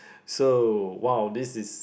so !wow! this is